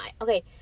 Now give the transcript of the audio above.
Okay